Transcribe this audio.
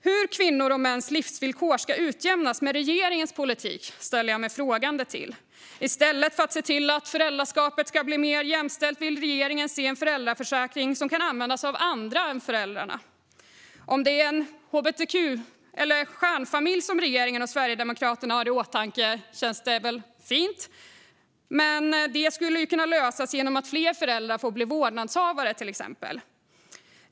Hur kvinnors och mäns livsvillkor ska utjämnas med regeringens politik ställer jag mig frågande till. I stället för att se till att föräldraskapet blir mer jämställt vill regeringen se en föräldraförsäkring som kan användas av andra än föräldrarna. Om det är en hbtq eller stjärnfamilj som regeringen och Sverigedemokraterna har i åtanke känns det väl fint. Men det skulle kunna lösas genom att fler föräldrar får bli vårdnadshavare.